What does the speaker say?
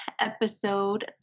episode